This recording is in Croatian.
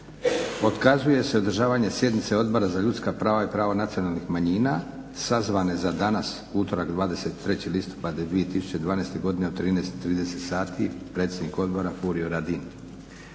Otkazuje se održavanje sjednice Odbora za ljudska prava i prava nacionalnih manjina sazvane za danas utorak 23.listopad 2012.godine u 13,30 sati predsjednik odbora Furio Radin.